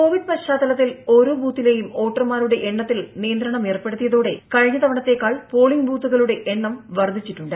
Covid പശ്ചാത്തലത്തിൽ ഓരോ ബൂത്തിലെയും പ്പോട്ടർമാരുടെ എണ്ണത്തിൽ നിയന്ത്രണമേർപ്പെടുത്തിയതോടെ കഴിഞ്ഞ തവണത്തെക്കാൾ പോളിങ് ബൂത്തുകളുടെ എണ്ണം വർധിച്ചിട്ടുണ്ട്